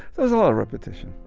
it was all a repetition.